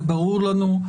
זה ברור לנו.